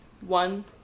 one